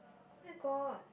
where got